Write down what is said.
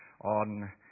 on